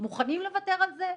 מוכנים לוותר על זה?!